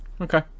Okay